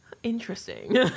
interesting